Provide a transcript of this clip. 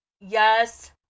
Yes